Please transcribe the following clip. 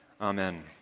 Amen